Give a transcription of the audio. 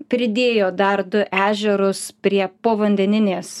pridėjo dar du ežerus prie povandeninės